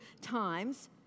times